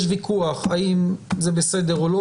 יש ויכוח האם זה בסדר או לא.